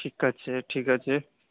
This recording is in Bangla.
ঠিক আছে ঠিক আছে